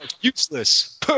useless